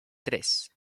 tres